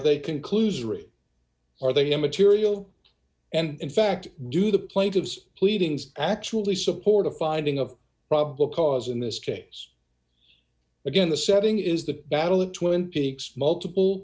they conclusory are they immaterial and in fact do the plaintiff's pleadings actually support a finding of a problem because in this case again the setting is the battle of twin peaks multiple